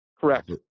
Correct